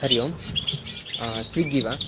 Hari Om Swiggy वा